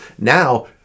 Now